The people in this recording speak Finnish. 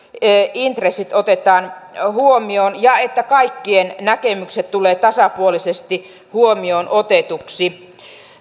intressit otetaan huomioon ja että kaikkien näkemykset tulevat tasapuolisesti huomioon otetuiksi